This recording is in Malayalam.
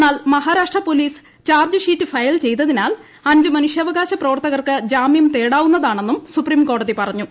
എന്നാൽ Maharashtra police charge sheet file ചെയ്തതിനാൽ അഞ്ച് മനുഷ്യാവകാശ പ്രവർത്തകർക്ക് ജാമ്യം തേടാവുന്നതാണെന്നും സുപ്രീംകോടതി പറഞ്ഞു